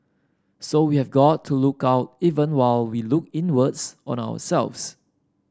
so we have got to look out even while we look inwards on ourselves